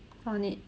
found it